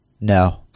No